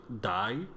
die